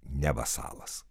ne vasalas